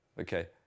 Okay